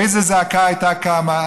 איזו זעקה הייתה קמה.